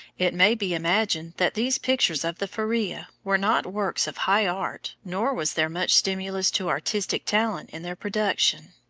it may be imagined that these pictures of the feria were not works of high art, nor was there much stimulus to artistic talent in their production.